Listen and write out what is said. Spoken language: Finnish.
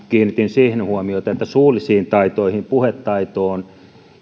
kiinnitin huomiota siihen että suullisiin taitoihin puhetaitoon